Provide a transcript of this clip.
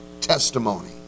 testimony